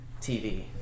TV